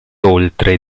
oltre